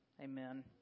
Amen